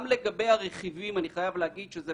גם לגבי הרכיבים אני חייב להגיד שזה